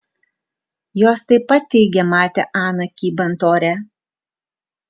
jos taip pat teigė matę aną kybant ore